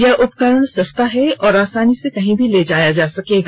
यह उपकरण सस्ता है और आसानी से कहीं भी ले जाया जा सकता है